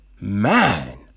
man